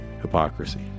hypocrisy